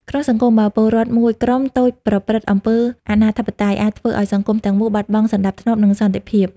ក្នុងសង្គម បើពលរដ្ឋមួយក្រុមតូចប្រព្រឹត្តអំពើអនាធិបតេយ្យ អាចធ្វើឲ្យសង្គមទាំងមូលបាត់បង់សណ្ដាប់ធ្នាប់ និងសន្តិភាព។